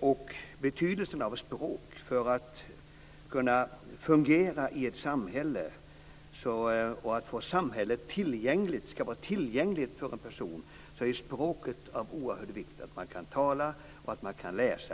och betydelsen av ett språk. För att kunna fungera i ett samhälle och för att samhället skall vara tillgängligt för en person är ju språket av oerhörd vikt, dvs. att man kan tala och att man kan läsa.